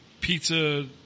pizza